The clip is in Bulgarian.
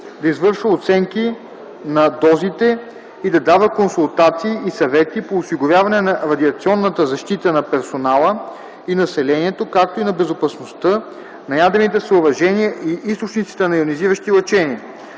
да извършва оценки на дозите и да дава консултации и съвети по осигуряване на радиационната защита на персонала и населението, както и на безопасността на ядрените съоръжения и източниците на йонизиращи лъчения.